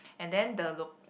and then the lo~